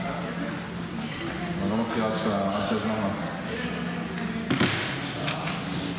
שמת לי שעה וחצי, זה שעתיים וחצי.